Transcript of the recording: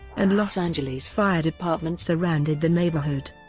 and los angeles fire department surrounded the neighborhood.